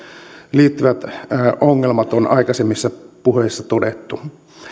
liittyvät ongelmat on aikaisemmissa puheissa todettu